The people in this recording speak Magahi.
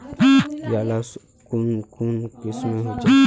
कीड़ा ला कुन कुन किस्मेर होचए?